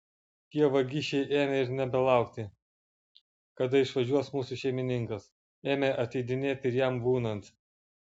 tie vagišiai ėmė ir nebelaukti kada išvažiuos mūsų šeimininkas ėmė ateidinėti ir jam būnant